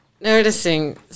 noticing